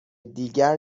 دیگر